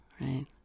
right